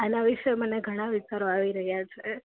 આના વિશે મને ઘણા વિચારો આવી રહ્યા છે